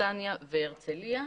בנתניה ובהרצליה,